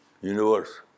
universe